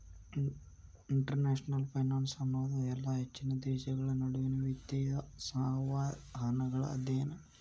international finance ಅನ್ನೋದು ಇಲ್ಲಾ ಹೆಚ್ಚಿನ ದೇಶಗಳ ನಡುವಿನ್ ವಿತ್ತೇಯ ಸಂವಹನಗಳ ಅಧ್ಯಯನ